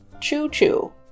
Choo-choo